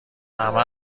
همه